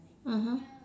mmhmm